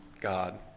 God